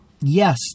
yes